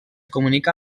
comunica